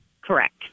Correct